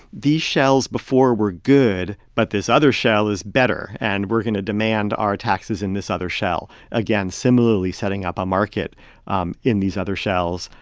these shells before were good, but this other shell is better, and we're going to demand our taxes in this other shell again, similarly setting up a market um in these other shells,